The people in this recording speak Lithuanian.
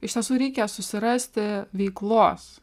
iš tiesų reikia susirasti veiklos